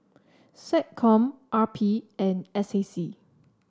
SecCom R P and S A C